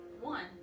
One